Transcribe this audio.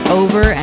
over